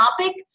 topic